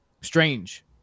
strange